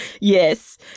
Yes